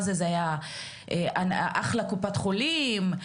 אחלה קופת חולים,